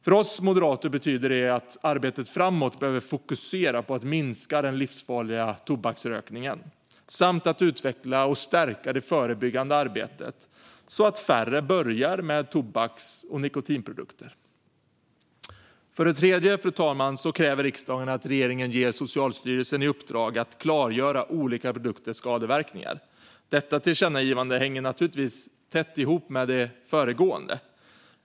För oss moderater betyder det att arbetet framåt behöver fokusera på att minska den livsfarliga tobaksrökningen samt att utveckla och stärka det förebyggande arbetet så att färre börjar med tobaks och nikotinprodukter. För det tredje, fru talman, kräver riksdagen att regeringen ger Socialstyrelsen i uppdrag att klargöra olika produkters skadeverkningar. Detta tillkännagivande hänger naturligtvis tätt ihop med det föregående.